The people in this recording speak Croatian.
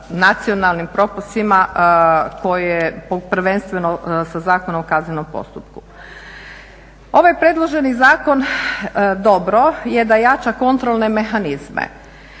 nacionalnim propisima prvenstveno sa Zakonom o kaznenom postupku. Ovaj predloženi zakon dobro je da jača kontrolne mehanizme.